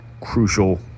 crucial